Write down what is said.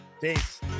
thanks